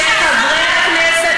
כשחברי הכנסת,